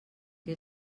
que